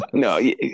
No